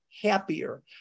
happier